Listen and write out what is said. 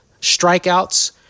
strikeouts